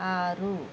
ఆరు